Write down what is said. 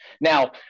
Now